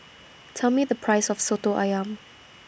Tell Me The Price of Soto Ayam